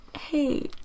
Hey